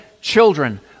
children